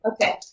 Okay